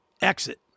exit